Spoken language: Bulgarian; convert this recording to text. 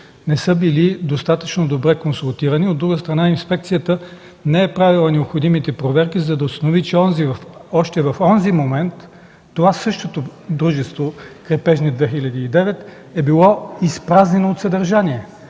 не са били достатъчно добре консултирани. От друга страна, инспекцията не е правила необходимите проверки, за да установи, че още в онзи момент това същото дружество – „Крепежни елементи – 2009”, е било изпразнено от съдържание.